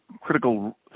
critical